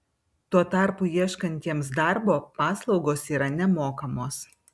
tuo tarpu ieškantiems darbo paslaugos yra nemokamos